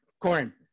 corn